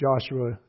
Joshua